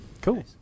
Cool